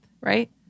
right